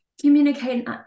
communicate